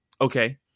Okay